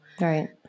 Right